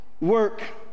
work